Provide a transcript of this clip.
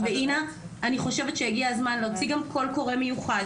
אני חושבת שהגיע הזמן להוציא גם קול קורא מיוחד